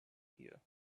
here